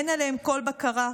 אין עליהם כל בקרה,